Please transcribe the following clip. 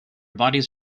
bodies